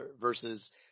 versus